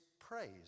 praise